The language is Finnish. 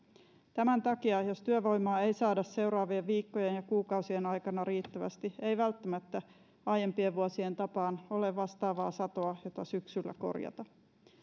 tämän takia jos työvoimaa ei saada seuraavien viikkojen ja kuukausien aikana riittävästi ei välttämättä aiempien vuosien tapaan ole vastaavaa satoa jota syksyllä korjata